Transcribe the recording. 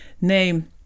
name